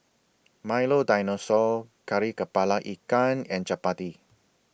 Milo Dinosaur Kari Kepala Ikan and Chappati